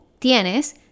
tienes